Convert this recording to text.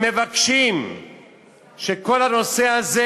הם מבקשים שכל הנושא הזה,